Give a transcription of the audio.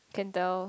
can tell